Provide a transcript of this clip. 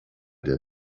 der